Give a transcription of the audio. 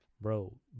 bro